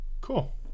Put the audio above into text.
Cool